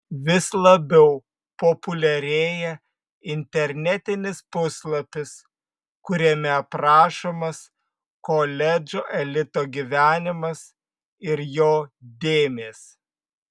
vis labiau populiarėja internetinis puslapis kuriame aprašomas koledžo elito gyvenimas ir jo dėmės